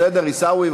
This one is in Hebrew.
בסדר, עיסאווי?